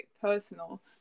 personal